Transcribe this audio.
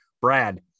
brad